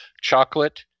chocolate